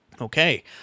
Okay